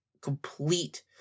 complete